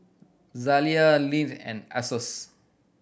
Zalia Lindt and Asos